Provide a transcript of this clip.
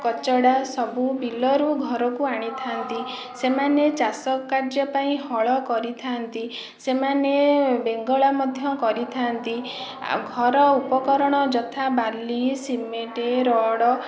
କଚଡ଼ା ସବୁ ବିଲରୁ ଘରକୁ ଆଣିଥା'ନ୍ତି ସେମାନେ ଚାଷ କାର୍ଯ୍ୟ ପାଇଁ ହଳ କରିଥା'ନ୍ତି ସେମାନେ ବେଙ୍ଗଳା ମଧ୍ୟ କରିଥା'ନ୍ତି ଆଉ ଘର ଉପକରଣ ଯଥା ବାଲି ସିମେଣ୍ଟ ରଡ଼